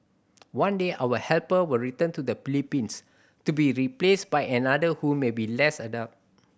one day our helper will return to the Philippines to be replaced by another who may be less adept